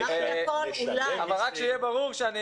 ושיהיה ברור,